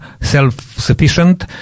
self-sufficient